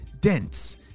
dense